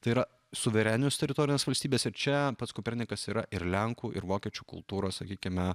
tai yra suverenios teritorijos valstybės ir čia pats kopernikas yra ir lenkų ir vokiečių kultūros sakykime